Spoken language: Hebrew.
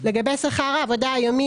לגבי "שכר העבודה היומי",